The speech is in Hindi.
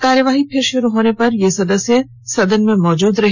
कार्यवाही फिर शुरू होने पर ये सदस्य सदन में मौजूद रहे